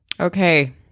Okay